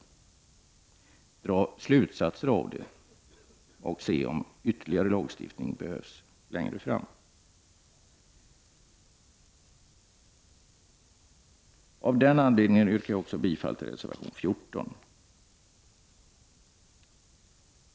Man måste kunna dra slutsatser av dessa olyckor för att man skall kunna se om ytterligare lagstiftning behövs. Jag yrkar därför bifall även till reservation 14.